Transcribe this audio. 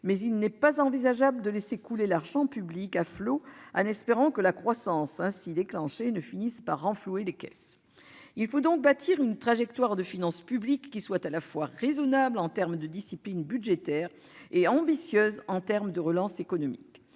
mais il n'est pas envisageable de laisser l'argent public couler à flots, en espérant que la croissance ainsi relancée ne finisse par renflouer les caisses. Il faut prévoir une trajectoire des finances publiques qui soit à la fois raisonnable en termes de discipline budgétaire et ambitieuse en termes de relance économique.